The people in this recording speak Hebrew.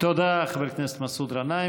תודה, חבר הכנסת מסעוד גנאים.